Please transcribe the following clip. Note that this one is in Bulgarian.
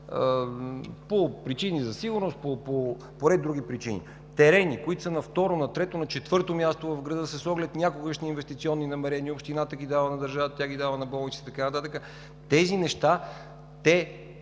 по причини за сигурност, по ред други причини, терени, които са на второ, трето, четвърто място в града с оглед на някогашните инвестиционни намерения, общината ги дава на държавата, тя ги дава на болници и така нататък